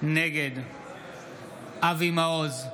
נגד אבי מעוז,